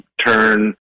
turn